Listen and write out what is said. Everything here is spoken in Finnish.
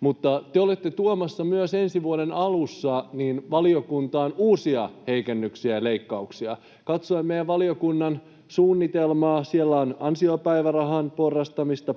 Mutta te olette tuomassa myös ensi vuoden alussa valiokuntaan uusia heikennyksiä ja leikkauksia. Katsoin meidän valiokuntamme suunnitelmaa: siellä on ansiopäivärahan porrastamista,